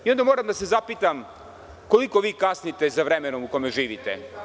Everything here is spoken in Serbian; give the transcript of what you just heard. Onda moram da se zapitam koliko vi kasnite za vremenom u kome živite.